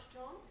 John